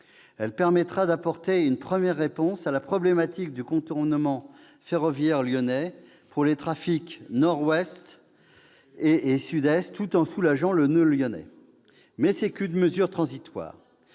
mesure permettra d'apporter une première réponse à la problématique du contournement ferroviaire lyonnais pour les trafics nord-ouest et sud-est, tout en soulageant le noeud lyonnais. Mais il ne s'agit, je le répète,